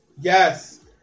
Yes